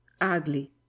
ugly